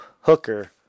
Hooker